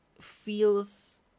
feels